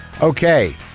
Okay